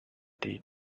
they